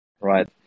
right